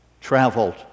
traveled